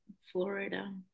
Florida